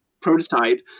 prototype